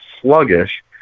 sluggish